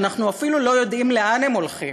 שאנחנו אפילו לא יודעים לאן הם הולכים.